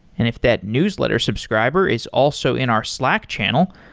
and if that newsletter subscriber is also in our slack channel,